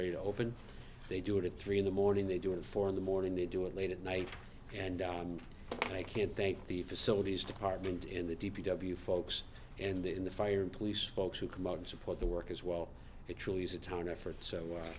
ready to open they do it at three in the morning they do it four in the morning they do it late at night and down and i can't thank the facilities department in the d p w folks and in the fire police folks who come out and support the work as well it truly is a town effort so